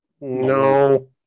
No